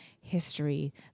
history